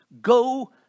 Go